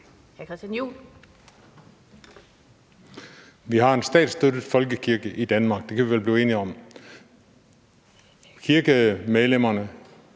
Vi har en statsstøttet folkekirke i Danmark. Det kan vi vel blive enige om. Kirkemedlemmerne